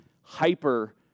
hyper